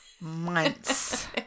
months